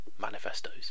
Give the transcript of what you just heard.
manifestos